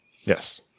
Yes